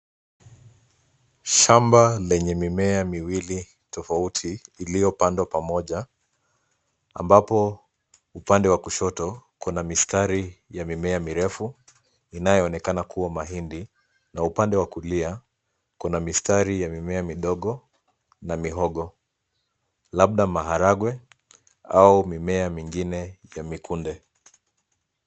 Shamba lenye mimea miwili tofauti iliyopandwa pamoja ambapo upande wa kushoto kuna mistari ya mimea mirefu inayonekana kuwa mahindi na upande wakulia kuna mistari ya mimea midogo na mihogo labda maharagwe au mimea mingine ya mikunde.